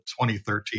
2013